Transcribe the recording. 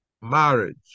Marriage